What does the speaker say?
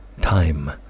time